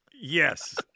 Yes